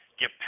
get